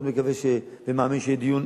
אני מאוד מקווה ומאמין שיהיה דיון